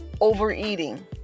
Overeating